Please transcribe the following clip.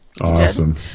Awesome